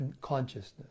consciousness